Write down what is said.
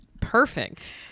perfect